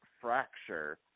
fracture